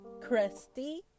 crusty